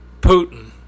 Putin